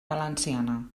valenciana